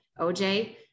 OJ